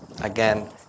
again